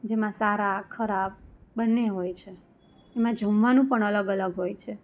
જેમાં સારા ખરાબ બંને હોય છે એમાં જમવાનું પણ અલગ અલગ હોય છે